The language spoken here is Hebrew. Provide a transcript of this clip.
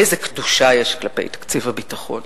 איזה קדושה יש כלפי תקציב הביטחון,